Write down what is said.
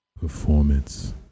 performance